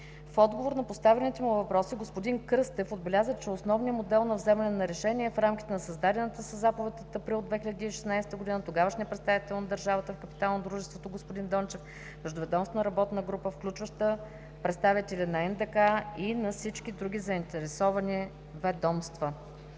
В отговор на поставените му въпроси господин Кръстев отбеляза, че основният модел на вземане на решение е в рамките на създадената със заповед от април 2016 г. на тогавашния представител на държавата, капитално дружество господин Дончев, междуведомствена работна група, включваща представители на НДК и на всички други заинтересовани ведомства.